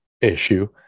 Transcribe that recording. issue